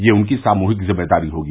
यह उनकी सामूहिक जिम्मेदारी होगी